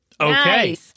okay